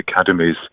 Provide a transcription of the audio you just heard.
academies